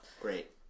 great